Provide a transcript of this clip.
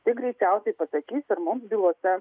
tai greičiausiai pasakys ir mums bylose